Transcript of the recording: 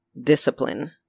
discipline